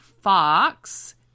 Fox